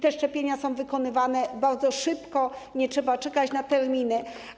Te szczepienia są wykonywane bardzo szybko, nie trzeba czekać na wolne terminy.